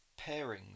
pairings